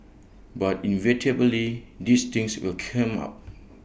but inevitably these things will come up